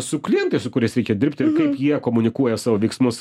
su klientais su kuriais reikia dirbti ir kaip jie komunikuoja savo veiksmus